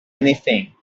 anything